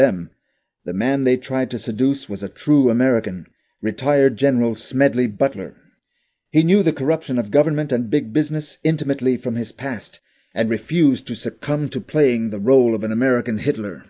them the man they tried to seduce was a true american retired general smedley butler he knew the corruption of government and big business intimately from his past and refused to succumb to playing the role of an american hitler